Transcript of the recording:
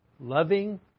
loving